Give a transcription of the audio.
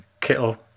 Kittle